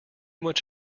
much